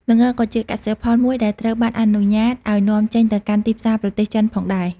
ល្ងក៏ជាកសិផលមួយដែលត្រូវបានអនុញ្ញាតឱ្យនាំចេញទៅកាន់ទីផ្សារប្រទេសចិនផងដែរ។